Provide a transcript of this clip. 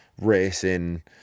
racing